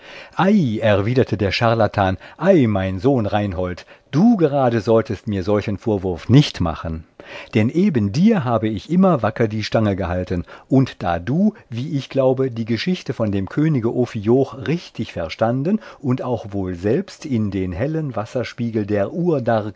erwiderte der charlatan ei mein sohn reinhold du gerade solltest mir solchen vorwurf nicht machen denn eben dir habe ich immer wacker die stange gehalten und da du wie ich glaube die geschichte von dem könige ophioch richtig verstanden und auch wohl selbst in den hellen wasserspiegel der